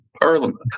Parliament